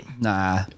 Nah